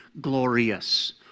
glorious